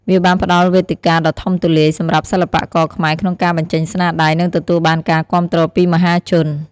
វាបានផ្តល់វេទិកាដ៏ធំទូលាយសម្រាប់ សិល្បករខ្មែរ ក្នុងការបញ្ចេញស្នាដៃ និងទទួលបានការគាំទ្រពីមហាជន។